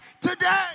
today